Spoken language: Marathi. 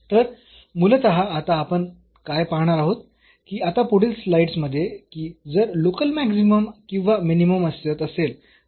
तर मूलतः आता आपण काय पाहणार आहोत की आता पुढील स्लाईड्स मध्ये की जर लोकल मॅक्सिमम किंवा मिनिमम अस्तित्वात असेल